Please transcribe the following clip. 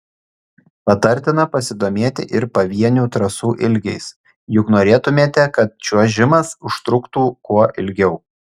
patartina pasidomėti ir pavienių trasų ilgiais juk norėtumėte kad čiuožimas užtruktų kuo ilgiau